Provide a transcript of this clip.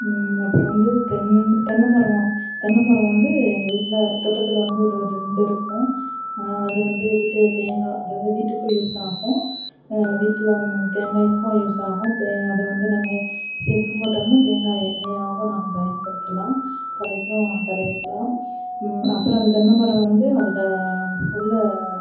அப்புறம் வந்து தென் தென்னை மரம் தென்னை மரம் வந்து எங்கள் வீட்டில் தோட்டத்தில் வந்து ஒரு ரெண்டு இருக்கும் அது வந்து வீட்டு தேங்காய் அதாவது வீட்டுக்கும் யூஸ் ஆகும் வீட்டில் வந் தேங்காய்க்கும் யூஸ் ஆகும் தே அதை வந்து நாங்கள் செக்கு போட்டோம்னால் தேங்காய் எண்ணெயாகவும் நாங்கள் பயன்படுத்தலாம் தலைக்கும் தடவிக்கலாம் அப்புறம் அந்த தென்னை மரம் வந்து அதில் உள்ள